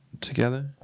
together